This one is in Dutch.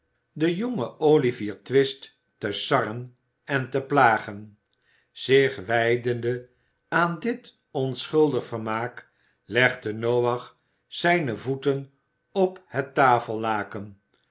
den jongen olivier twist te sarren en te plagen zich wijdende aan dit onschuldig vermaak legde noach zijne voeten op het tafellaken